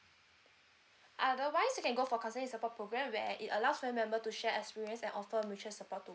otherwise you can go for counselling support program where it allows family member to share experience and offer mutual support to